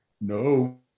No